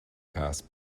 pass